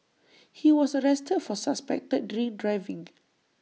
he was arrested for suspected drink driving